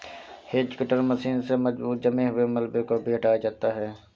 hedge cutter machine से मजबूत जमे हुए मलबे को भी हटाया जाता है